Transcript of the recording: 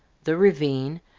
the ravine,